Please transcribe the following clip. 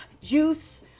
Juice